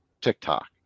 tiktok